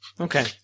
okay